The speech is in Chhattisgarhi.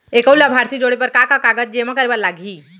एक अऊ लाभार्थी जोड़े बर का का कागज जेमा करे बर लागही?